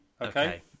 okay